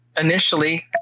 initially